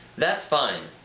that's fine.